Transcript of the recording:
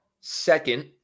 Second